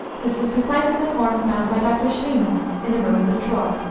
this is precisely the form found by dr. schliemann in the ruins of troy.